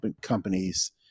companies